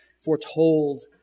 foretold